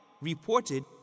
reported